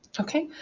okay.